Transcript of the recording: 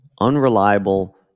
unreliable